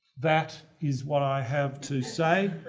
that is what i have to say.